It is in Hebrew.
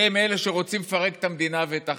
שהם אלה שרוצים לפרק את המדינה ואת החברה,